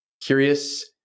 curious